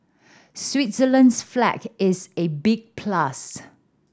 Switzerland's flag is a big plus